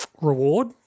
reward